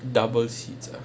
double seats ah